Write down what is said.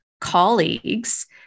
colleagues